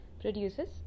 produces